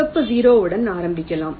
சிவப்பு 0 உடன் ஆரம்பிக்கலாம்